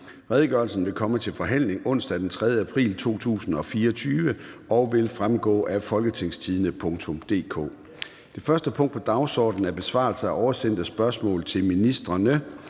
Redegørelsen vil komme til forhandling onsdag den 3. april 2024 og vil fremgå af www.folketingstidende.dk. --- Det første punkt på dagsordenen er: 1) Besvarelse af oversendte spørgsmål til ministrene